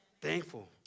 Thankful